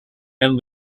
and